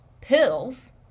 pills